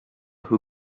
who